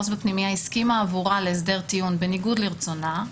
העובדת הסוציאלית בפנימייה הסכימה עבורה להסדר טיעון בניגוד לרצונה,